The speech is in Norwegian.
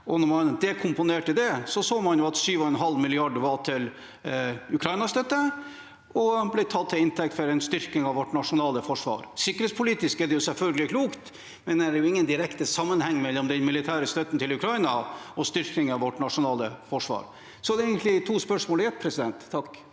Da man dekomponerte det, så man at 7,5 mrd. kr var til Ukraina-støtte og ble tatt til inntekt for en styrking av vårt nasjonale forsvar. Sikkerhetspolitisk er det selvfølgelig klokt, men det er vel ingen direkte sammenheng mellom den militære støtten til Ukraina og styrking av vårt nasjonale forsvar? Så det er egentlig to spørsmål. Statsråd Bjørn